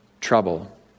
trouble